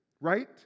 right